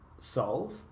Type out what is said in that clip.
solve